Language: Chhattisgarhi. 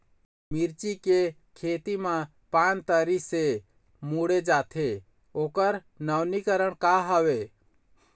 मिर्ची के खेती मा पान तरी से मुड़े जाथे ओकर नवीनीकरण का हवे?